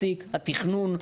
התכנון".